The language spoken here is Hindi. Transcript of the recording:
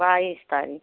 बाईस तारीख